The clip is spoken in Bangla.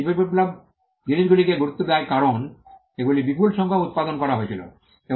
শিল্প বিপ্লব জিনিসগুলিকে গুরুত্ব দেয় কারণ এগুলি বিপুল সংখ্যক উত্পাদন করা হয়েছিল